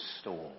storm